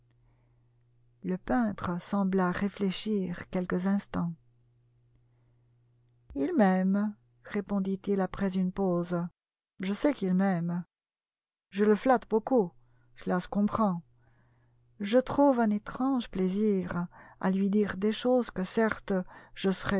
le peintre sembla réfléchir quelques instants il m'aime répondit-il après une pause je sais qu'il m'aime je le flatte beaucoup cela se comprend je trouve un étrange plaisir à lui dire des choses que certes je